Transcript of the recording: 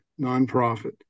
nonprofit